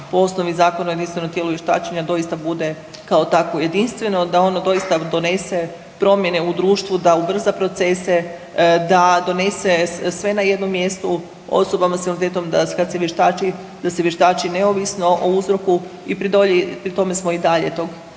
po osnovi Zakona o jedinstvenom tijelu vještačenja doista bude kao takvo jedinstveno da ono doista donese promjene u društvu, da ubrza procese da donese sve na jednom mjestu osobama s invaliditetom, da kad se vještači da se neovisno o uzroku i pri tome smo i dalje tog